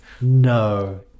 no